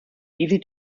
easy